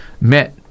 met